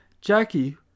Jackie